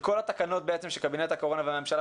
וכל התקנות שקבינט הקורונה והממשלה